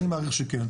אני מעריך שכן.